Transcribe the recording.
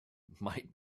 might